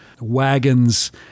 wagons